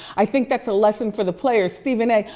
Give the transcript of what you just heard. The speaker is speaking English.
i think that's a lesson for the players. stephen a,